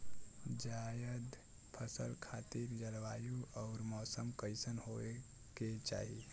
जायद फसल खातिर जलवायु अउर मौसम कइसन होवे के चाही?